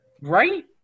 Right